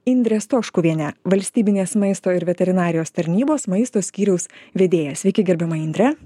indrė stoškuvienė valstybinės maisto ir veterinarijos tarnybos maisto skyriaus vedėja sveiki gerbiama indre